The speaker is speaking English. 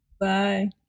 Bye